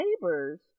neighbors